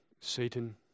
Satan